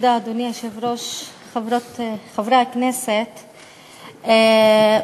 אדוני היושב-ראש, חברי הכנסת,